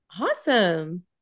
Awesome